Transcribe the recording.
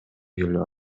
келип